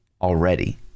already